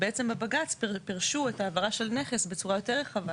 ובעצם בבג"ץ פירשו את ההעברה של נכס בצורה יותר רחבה,